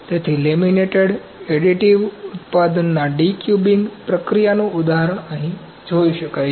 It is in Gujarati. તેથી લેમિનેટેડ એડિટિવ ઉત્પાદનના ડી ક્યુબિંગ પ્રક્રિયાનું ઉદાહરણ અહીં જોઈ શકાય છે